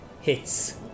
hits